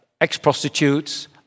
ex-prostitutes